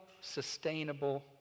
sustainable